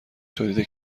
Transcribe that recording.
تولید